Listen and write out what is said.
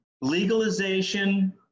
Legalization